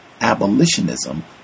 abolitionism